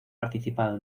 participado